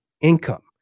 income